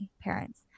parents